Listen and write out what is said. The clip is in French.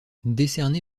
décerné